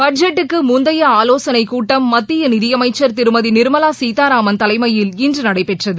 பட்ஜெட்க்குமுந்தையஆலோசனைகூட்டம் மத்தியநிதியமைச்சர் திருமதிநிர்மலாசீதாராமன் தலைமயில் இன்றுநடைபெற்றது